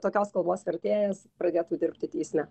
tokios kalbos vertėjas pradėtų dirbti teisme